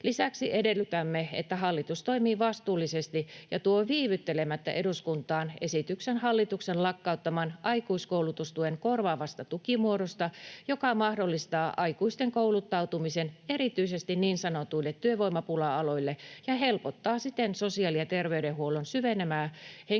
Lisäksi edellytämme, että hallitus toimii vastuullisesti ja tuo viivyttelemättä eduskuntaan esityksen hallituksen lakkauttaman aikuiskoulutustuen korvaavasta tukimuodosta, joka mahdollistaa aikuisten kouluttautumisen erityisesti niin sanotuille työvoimapula-aloille ja helpottaa siten sosiaali- ja terveydenhuollon syvenevää henkilöstöpulaa